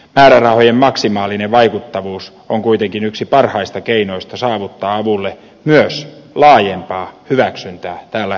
määrärahojen maksimaalinen vaikuttavuus on kuitenkin yksi parhaista keinoista saavuttaa avulle myös laajempaa hyväksyntää täällä kotimaassa